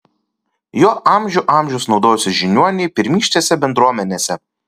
juo amžių amžius naudojosi žiniuoniai pirmykštėse bendruomenėse